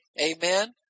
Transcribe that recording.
Amen